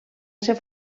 ser